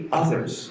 others